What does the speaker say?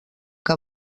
que